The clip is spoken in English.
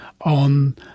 on